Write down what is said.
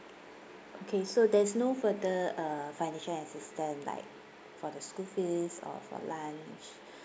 okay so there's no further uh financial assistance like for the school fees or for lunch